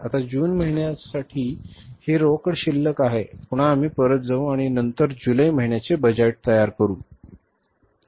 आता जून महिन्यासाठी ही रोकड शिल्लक आहे पुन्हा आम्ही परत जाऊ आणि त्यानंतर आम्ही जुलै महिन्याचे बजेट तयार करतो